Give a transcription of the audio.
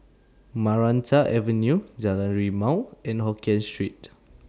Maranta Avenue Jalan Rimau and Hokien Street